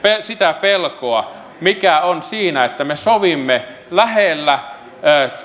sitä pelkoa mikä on siinä että me sovimme lähellä